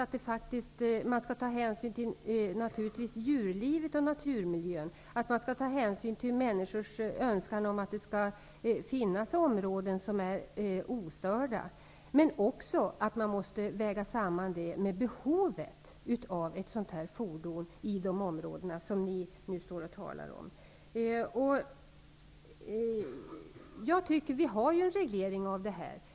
Man skall ta hänsyn till djurlivet och naturmiljön och människors önskan om att det skall finnas ostörda områden. Detta måste dock vägas samman med behovet av ett sådant här fordon i de områden som ni nu talar om. Vi har en reglering av detta.